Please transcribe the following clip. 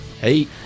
Hey